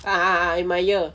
ah ah ah I admire